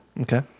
Okay